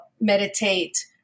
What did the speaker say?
meditate